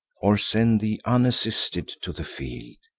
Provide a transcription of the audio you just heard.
or send thee unassisted to the field?